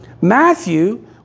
Matthew